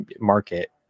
market